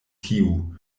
tiu